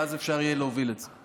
ואז אפשר יהיה להוביל את זה.